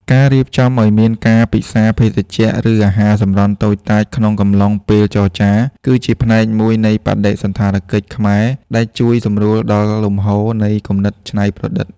ការរៀបចំឱ្យមានការពិសាភេសជ្ជៈ ឬអាហារសម្រន់តូចតាចក្នុងកំឡុងពេលចរចា គឺជាផ្នែកមួយនៃបដិសណ្ឋារកិច្ចខ្មែរដែលជួយសម្រួលដល់លំហូរនៃគំនិតច្នៃប្រឌិត។